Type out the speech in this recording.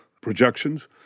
projections